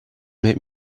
make